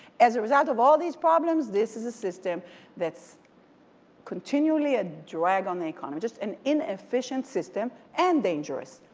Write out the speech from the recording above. as a result of all these problems, this is a system that's continually a drag on the economy. just an inefficient system and dangerous.